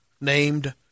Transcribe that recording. named